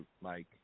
Mike